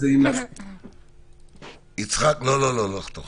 תודה